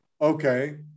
Okay